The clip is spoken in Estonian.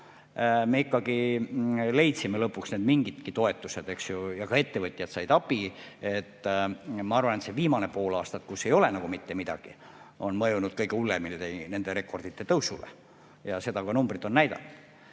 me ikkagi leidsime lõpuks need mingidki toetused, eks ju, ja ka ettevõtjad said abi. Ma arvan, et see viimane pool aastat, kus ei ole nagu mitte midagi, on mõjunud kõige hullemini nende rekordite tõusule. Ja seda ka numbrid on näidanud.